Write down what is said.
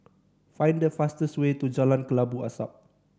find the fastest way to Jalan Kelabu Asap